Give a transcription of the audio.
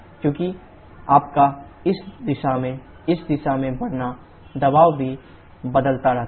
क्योंकि आपका इस दिशा से इस दिशा में बढ़ना दबाव भी बदलता रहता है